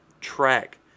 track